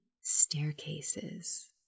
staircases